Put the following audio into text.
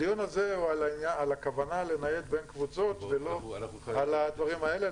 הדיון הזה הוא על הכוונה לנייד בין קבוצות ולא על הדברים האלה,